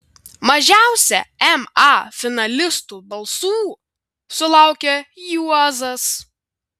mažiausia ma finalistų balsų sulaukė juozas